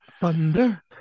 Thunder